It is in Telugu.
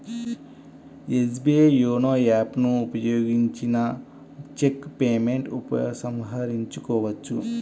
ఎస్బీఐ యోనో యాప్ ను ఉపయోగించిన చెక్ పేమెంట్ ఉపసంహరించుకోవచ్చు